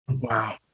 wow